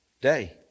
day